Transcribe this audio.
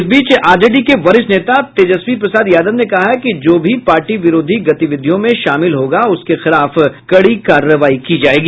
इस बीच आरजेडी प्रमुख तेजस्वी प्रसाद यादव ने कहा है कि जो भी पार्टी विरोधी गातिविधियों में शामिल होगा उसके खिलाफ कड़ी कार्रवाई की जाएगी